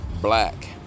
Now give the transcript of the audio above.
black